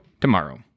tomorrow